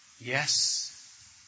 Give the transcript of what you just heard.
Yes